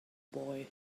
boy